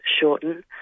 Shorten